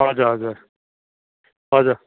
हजुर हजुर हजुर